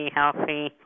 healthy